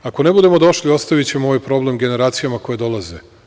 Ako ne budemo došli, ostavićemo ovaj problem generacijama koje dolaze.